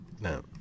No